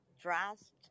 trust